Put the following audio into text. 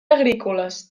agrícoles